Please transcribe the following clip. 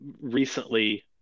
recently